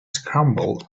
scrambled